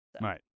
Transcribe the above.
right